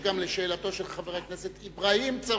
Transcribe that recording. אדוני ישיב גם על שאלתו של חבר הכנסת אברהים צרצור.